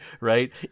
right